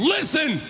Listen